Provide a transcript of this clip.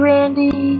Randy